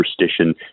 superstition